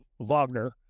Wagner